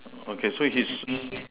okay so he's